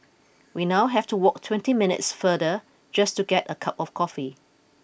we now have to walk twenty minutes farther just to get a cup of coffee